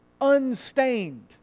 unstained